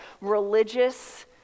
religious